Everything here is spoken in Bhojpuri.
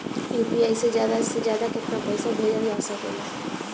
यू.पी.आई से ज्यादा से ज्यादा केतना पईसा भेजल जा सकेला?